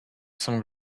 some